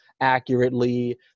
accurately